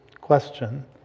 question